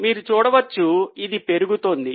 మీరు చూడవచ్చు ఇది పెరుగుతోంది